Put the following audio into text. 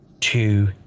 two